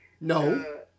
No